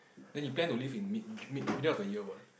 then you plan to leave in mid j~ middle of the year what